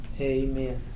Amen